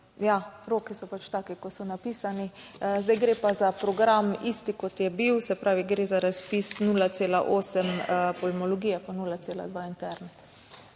taki, kot so napisani. Zdaj gre pa za program, isti kot je bil, se pravi, gre za razpis 0,8 pulmologije pa 0,2 interna.